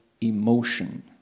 emotion